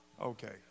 Okay